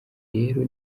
rero